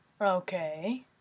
Okay